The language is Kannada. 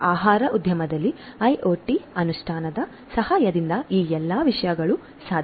ಆಹಾರ ಉದ್ಯಮದಲ್ಲಿ ಐಒಟಿ ಅನುಷ್ಠಾನದ ಸಹಾಯದಿಂದ ಈ ಎಲ್ಲ ವಿಷಯಗಳು ಸಾಧ್ಯ